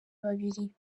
babiri